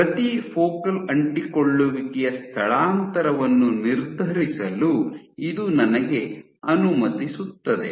ಪ್ರತಿ ಫೋಕಲ್ ಅಂಟಿಕೊಳ್ಳುವಿಕೆಯ ಸ್ಥಳಾಂತರವನ್ನು ನಿರ್ಧರಿಸಲು ಇದು ನನಗೆ ಅನುಮತಿಸುತ್ತದೆ